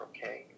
Okay